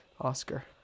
Oscar